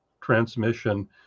transmission